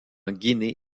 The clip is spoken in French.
guinée